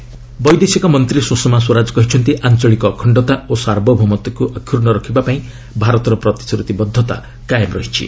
EAM Raisina dialogue ବୈଦେଶିକ ମନ୍ତ୍ରୀ ସୁଷମା ସ୍ୱରାଜ କହିଛନ୍ତି ଆଞ୍ଚଳିକ ଅଖଣ୍ଡତା ଓ ସାର୍ବଭୌମତ୍ୱକୁ ଅକ୍ଷୁର୍ଣ୍ଣ ରଖିବା ପାଇଁ ଭାରତର ପ୍ରତିଶ୍ରତିବଦ୍ଧତା କାଏମ ରହିଛି